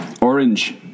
orange